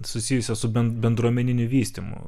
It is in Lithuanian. susijusios su ben bendruomeniniu vystymu